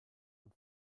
nun